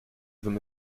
veux